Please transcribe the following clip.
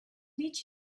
meet